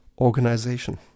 organization